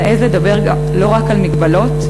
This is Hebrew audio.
נעז לדבר לא רק על מגבלות,